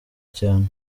cyane